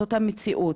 זאת המציאות.